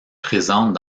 présentes